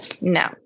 No